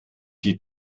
die